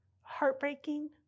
heartbreaking